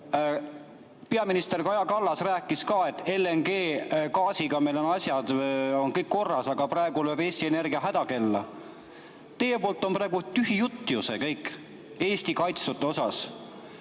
Peaminister Kaja Kallas rääkis ka, et LNG-gaasiga meil on asjad kõik korras, aga praegu lööb Eesti Energia hädakella. See on praegu teil ju kõik tühi jutt Eesti